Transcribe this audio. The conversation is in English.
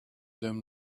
them